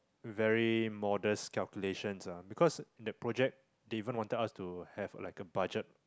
very modest calculations ah because that project they even wanted us to have like a budget